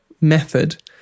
method